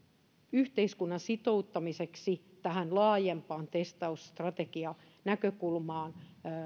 yhteiskunnan sitouttamiseksi tähän laajempaan testausstrategianäkökulmaan jo